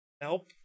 Help